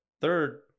Third